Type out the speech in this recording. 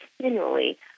continually